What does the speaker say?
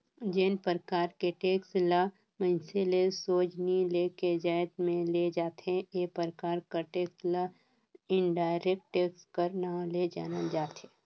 जेन परकार के टेक्स ल मइनसे ले सोझ नी लेके जाएत में ले जाथे ए परकार कर टेक्स ल इनडायरेक्ट टेक्स कर नांव ले जानल जाथे